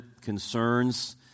concerns